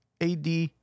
AD